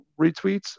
retweets